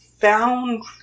found